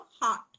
heart